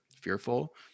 fearful